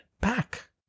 back